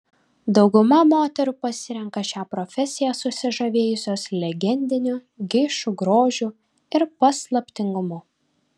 dauguma moterų pasirenka šią profesiją susižavėjusios legendiniu geišų grožiu ir paslaptingumu